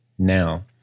now